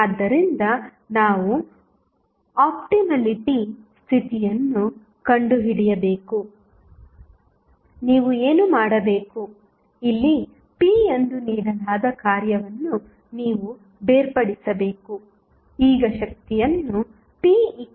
ಆದ್ದರಿಂದ ನಾವು ಆಪ್ಟಿಮಲಿಟಿ ಸ್ಥಿತಿಯನ್ನು ಕಂಡುಹಿಡಿಯಬೇಕು ನೀವು ಏನು ಮಾಡಬೇಕು ಇಲ್ಲಿ p ಎಂದು ನೀಡಲಾದ ಕಾರ್ಯವನ್ನು ನೀವು ಬೇರ್ಪಡಿಸಬೇಕು